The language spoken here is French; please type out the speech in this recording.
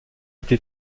été